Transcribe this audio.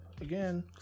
again